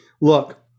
look